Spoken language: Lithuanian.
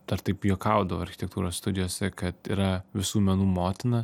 dar taip juokaudavo architektūros studijose kad yra visų menų motina